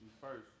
First